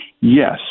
yes